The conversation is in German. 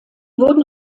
wurden